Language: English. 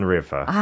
River